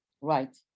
Right